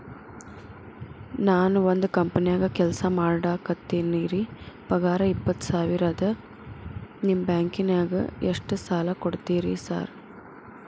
ನಾನ ಒಂದ್ ಕಂಪನ್ಯಾಗ ಕೆಲ್ಸ ಮಾಡಾಕತೇನಿರಿ ಪಗಾರ ಇಪ್ಪತ್ತ ಸಾವಿರ ಅದಾ ನಿಮ್ಮ ಬ್ಯಾಂಕಿನಾಗ ಎಷ್ಟ ಸಾಲ ಕೊಡ್ತೇರಿ ಸಾರ್?